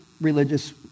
religious